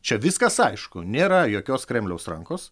čia viskas aišku nėra jokios kremliaus rankos